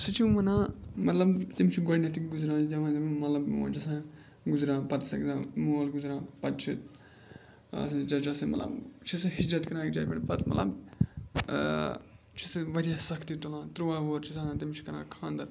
سُہ چھِ وَنان مطلب تِم چھِ گۄڈنٮ۪تھٕے گُزران زٮ۪وان زٮ۪وان مطلب موج آسان گُزران پَتہٕ ہسا گژھان مول گُزران پَتہٕ چھِ آسان چچا سٕے مِلان چھِ سُہ ہِجرت کَران اَکہِ جایہِ پٮ۪ٹھ پَتہٕ مطلب چھِ سُہ واریاہ سختی تُلان تُرٛواہ وُہر چھِ آسان تٔمِس چھِ کَران خاندَر